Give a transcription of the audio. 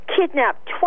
kidnapped